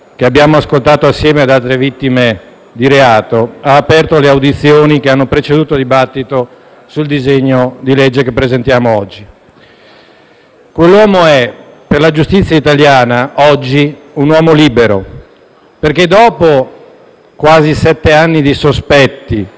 che abbiamo ascoltato assieme ad altre vittime di reato, ha aperto le audizioni che hanno preceduto il dibattito sul disegno di legge che presentiamo oggi. Quell'uomo è, per la giustizia italiana, oggi, un uomo libero, perché, dopo quasi sette anni di sospetti,